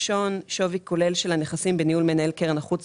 שווי כולל של הנכסים בניהול מנהל קרן החוץ